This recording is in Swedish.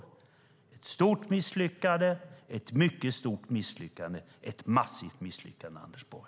Det är ett stort misslyckande, ett mycket stort misslyckande, ett massivt misslyckande, Anders Borg.